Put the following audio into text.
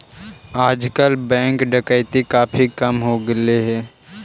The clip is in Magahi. आजकल बैंक डकैती काफी कम हो गेले हई